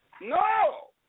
No